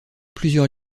plusieurs